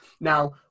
Now